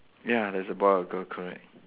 ya there's a boy or girl correct